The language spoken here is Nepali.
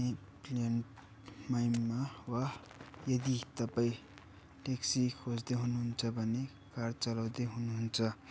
ए प्लेन माइनमा वा यदि तपाईँ ट्याक्सी खोज्दै हुनुहुन्छ भने कार चलाउँदै हुनुहुन्छ